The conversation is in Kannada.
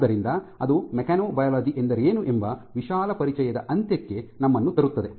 ಆದ್ದರಿಂದ ಅದು ಮೆಕ್ಯಾನೊಬಯಾಲಜಿ ಎಂದರೇನು ಎಂಬ ವಿಶಾಲ ಪರಿಚಯದ ಅಂತ್ಯಕ್ಕೆ ನಮ್ಮನ್ನು ತರುತ್ತದೆ